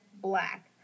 black